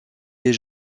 des